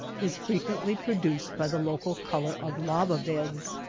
is frequently pro duced by the local color of lava-beds.